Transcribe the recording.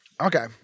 Okay